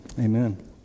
Amen